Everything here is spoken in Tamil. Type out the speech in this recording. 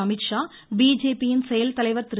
அமித்ஷா பிஜேபி யின் செயல்தலைவா் திரு